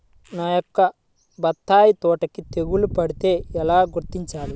నా యొక్క బత్తాయి తోటకి తెగులు పడితే ఎలా గుర్తించాలి?